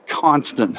constant